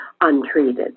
untreated